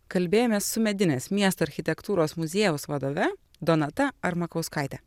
kalbėjomės su medinės miesto architektūros muziejaus vadove donata armakauskaite